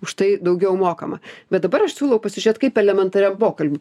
už tai daugiau mokama bet dabar aš siūlau pasižėt kaip elementariam pokalby